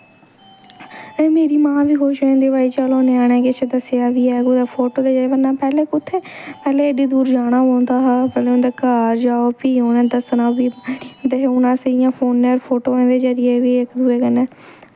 ते मेरी मां बी खुश होई जंदी भाई चलो ञ्यानें किश दस्सेआ बी ऐ कुतै फोटो गै पैह्लें कुत्थें पैह्लें इड्डी दूर जाना पौंदा हा पैह्वें उं'दे घर जाओ फ्ही उ'नें दस्सना फ्ही हून असें इ'यां फोनै पर फोटो दे जरिए गै इक दुए कन्नै